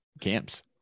camps